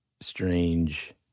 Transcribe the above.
strange